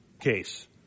case